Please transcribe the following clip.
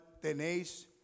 tenéis